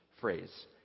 phrase